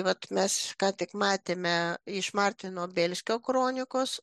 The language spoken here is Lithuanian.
vat mes ką tik matėme iš martino belskio kronikos